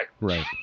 Right